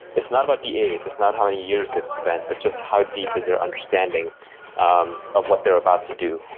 it's not about the age. it's not how many years they've spent but just how deep is their understanding um of what they're about to do.